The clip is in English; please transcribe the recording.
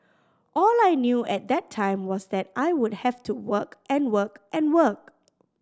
all I knew at that time was that I would have to work and work and work